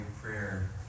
prayer